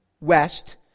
west